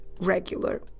regular